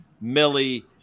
Millie